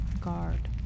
guard